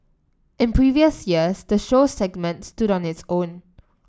in previous years the show segment stood on its own